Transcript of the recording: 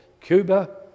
Cuba